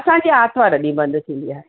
असांजी आरितवारु ॾींहुं बंदि थींदी आहे